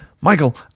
Michael